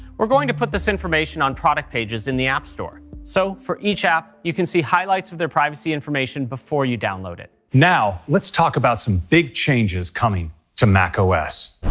we're gonna to put this information on product pages in the app store. so for each app you can see highlights of their privacy information before you download it. now, lets talk about some big changes coming to macos.